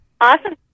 Awesome